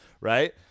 Right